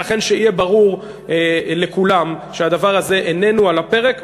ולכן שיהיה ברור לכולם שהדבר הזה איננו על הפרק.